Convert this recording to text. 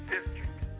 District